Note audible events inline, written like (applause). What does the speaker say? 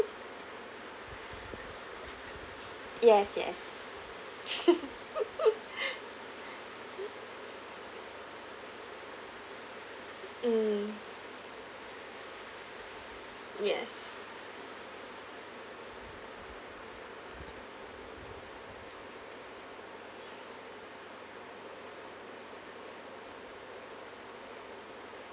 yes yes (laughs) mm yes